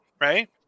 right